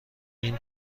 این